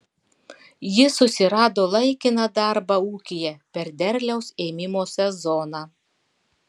jis susirado laikiną darbą ūkyje per derliaus ėmimo sezoną